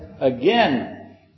Again